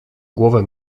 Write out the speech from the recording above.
głowę